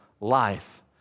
life